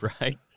Right